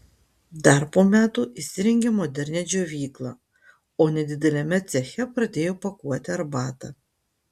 dar po metų įsirengė modernią džiovyklą o nedideliame ceche pradėjo pakuoti arbatą